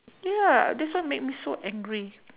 ya this one make me so angry